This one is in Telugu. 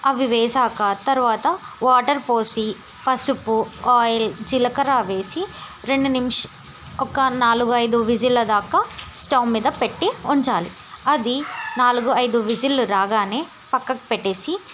అవి వేశాక తర్వాత వాటర్ పోసి పసుపు ఆయిల్ జీలకర్ర వేసి రెండు నిమిష ఒక నాలుగు ఐదు విజిల్ల దాకా స్టవ్ మీద పెట్టి ఉంచాలి అది నాలుగు ఐదు విజిల్లు రాగానే పక్కకు పెట్టి